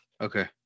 Okay